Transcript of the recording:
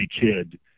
kid